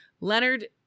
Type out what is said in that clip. Leonard